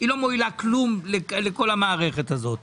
היא לא מועילה כלום לכל המערכת הזאת.